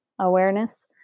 awareness